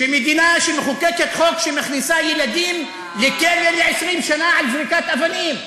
שמדינה שמחוקקת חוק שמכניס ילדים לכלא ל-20 שנה על זריקת אבנים,